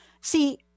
See